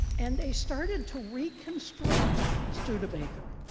and they started to reconstruct studebaker,